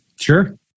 sure